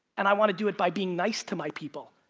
and i want to do it by being nice to my people.